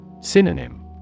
Synonym